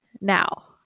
Now